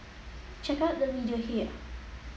check out the video here